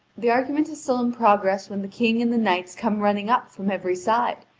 the argument is still in progress when the king and the knights come running up from every side,